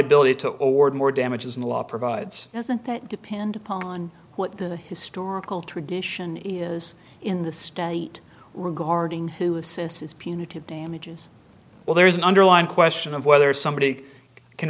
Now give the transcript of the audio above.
ability to award more damages in the law provides doesn't that depend on what the historical tradition is in the state regarding who assistance punitive damages well there is an underlying question of whether somebody can